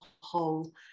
whole